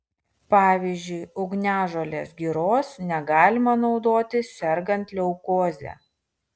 pavyzdžiui ugniažolės giros negalima naudoti sergant leukoze